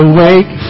Awake